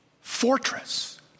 fortress